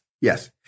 Yes